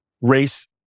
race